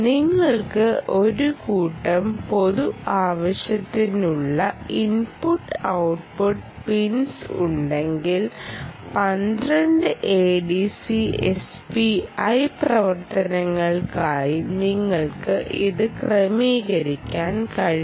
നിങ്ങൾക്ക് ഒരു കൂട്ടം പൊതു ആവശ്യത്തിനുള്ള ഇൻപുട്ട് ഔട്ട്പുട്ട് പിൻസ് ഉണ്ടെങ്കിൽ I2 ADCSPI പ്രവർത്തനങ്ങൾക്കായി നിങ്ങൾക്ക് ഇത് ക്രമീകരിക്കാൻ കഴിയും